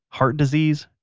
heart disease,